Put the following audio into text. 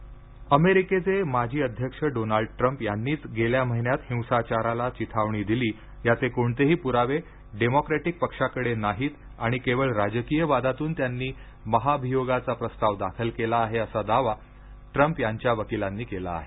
Trump महाभियोग अमेरिकेचे माजी अध्यक्ष डोनाल्ड ट्रम्प यांनीच गेल्या महिन्यात हिंसाचाराला चिथावणी दिली याचे कोणतेही पुरावे डेमोक्रॅटिक पक्षाकडं नाहीत आणि केवळ राजकीय वादातून त्यांनी महाभियोगाचा प्रस्ताव दाखल केला आहे असा दावा ट्रम्प यांच्या वकिलांनी केला आहे